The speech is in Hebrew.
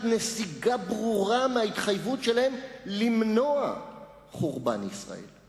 נסיגה ברורה מההתחייבות שלהם למנוע חורבן ישראל,